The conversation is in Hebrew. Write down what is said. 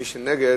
מי שנגד,